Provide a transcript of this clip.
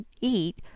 eat